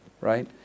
right